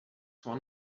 one